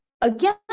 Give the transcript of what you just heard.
Again